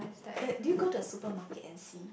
the did you go to the supermarket and see